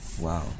Wow